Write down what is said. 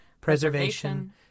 preservation